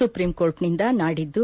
ಸುಪ್ರೀಂಕೋರ್ಟ್ನಿಂದ ನಾಡಿದ್ದು